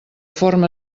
forma